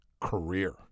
career